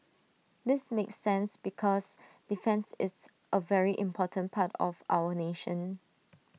this makes sense because defence is A very important part of our nation